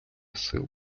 сил